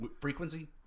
frequency